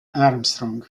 armstrong